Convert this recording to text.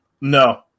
No